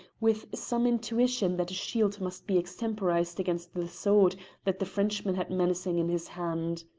with some intuition that a shield must be extemporised against the sword that the frenchman had menacing in his hand.